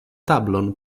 tablon